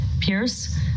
Pierce